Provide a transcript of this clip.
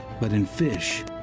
but in fish,